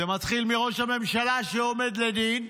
זה מתחיל מראש הממשלה, שעומד לדין,